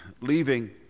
leaving